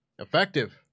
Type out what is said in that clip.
Effective